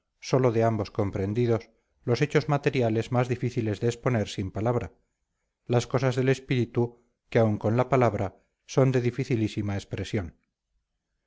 sólo de ambos comprendidos los hechos materiales más difíciles de exponer sin palabra las cosas del espíritu que aun con la palabra son de dificilísima expresión